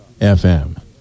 FM